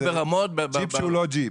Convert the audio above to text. ג'יפ שהוא לא ג'יפ.